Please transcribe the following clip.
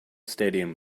stadium